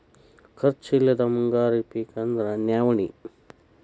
ಖರ್ಚ್ ಇಲ್ಲದ ಮುಂಗಾರಿ ಪಿಕ್ ಅಂದ್ರ ನವ್ಣಿ